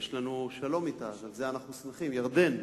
יש לנו שלום אתה, אז על זה אנחנו שמחים, ירדן,